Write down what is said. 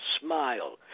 smile